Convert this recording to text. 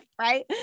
right